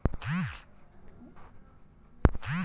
करडी कोनच्या यंत्राच्या मदतीनं कापाले पायजे?